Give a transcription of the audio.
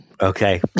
okay